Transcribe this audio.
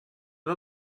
var